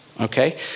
okay